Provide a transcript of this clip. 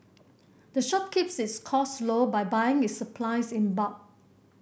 the shop keeps its cost low by buying its supplies in bulk